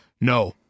No